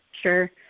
Sure